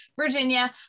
Virginia